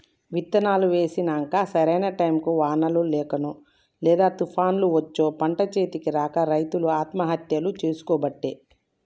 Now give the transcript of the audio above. విత్తనాలు వేశినంక సరైన టైముకు వానలు లేకనో లేదా తుపాన్లు వచ్చో పంట చేతికి రాక రైతులు ఆత్మహత్యలు చేసికోబట్టే